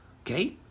Okay